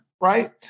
right